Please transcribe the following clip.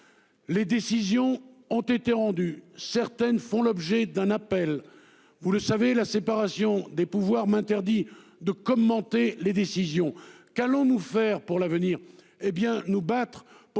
Des décisions ont été rendues. Certaines font l'objet d'un appel. Vous le savez, la séparation des pouvoirs m'interdit de commenter ces décisions. Qu'allons-nous faire pour l'avenir ? Eh bien ! Nous allons nous